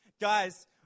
guys